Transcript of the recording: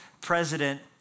president